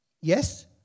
yes